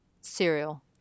cereal